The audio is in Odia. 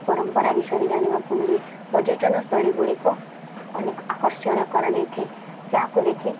ପରମ୍ପରା ବିଷୟରେ ଜାଣିବାକୁ ମିଳେ ପର୍ଯ୍ୟଟନସ୍ଥଳୀ ଗୁଡ଼ିକ ଅନେକ ଆକର୍ଷଣୀୟ କରାଯାଇଥାଏ ଯାହାକୁ ଦେଖି